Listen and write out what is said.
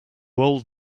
old